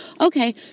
okay